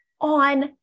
on